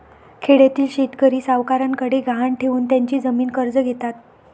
खेड्यातील शेतकरी सावकारांकडे गहाण ठेवून त्यांची जमीन कर्ज घेतात